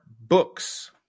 books